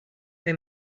bei